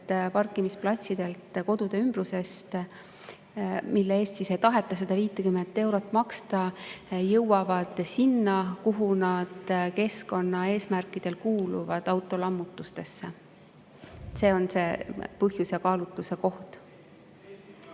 parkimisplatsidelt, kodude ümbrusest, mille eest ei taheta 50 eurot maksta, jõuavad sinna, kuhu nad keskkonnaeesmärkidel kuuluvad – autolammutusse. See on see põhjus ja kaalutlusekoht.